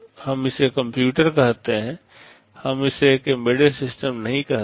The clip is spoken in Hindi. हम इसे कंप्यूटर कहते हैं हम इसे एक एम्बेडेड सिस्टम नहीं कहते हैं